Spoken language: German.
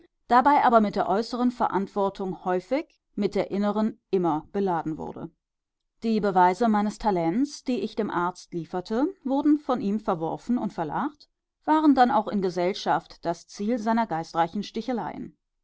dabei aber mit der äußeren verantwortung häufig mit der inneren immer beladen wurde die beweise meines talents die ich dem arzt lieferte wurden von ihm verworfen und verlacht waren dann auch in gesellschaft das ziel seiner geistreichen sticheleien